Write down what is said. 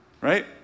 right